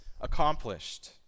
accomplished